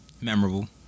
Memorable